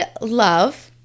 love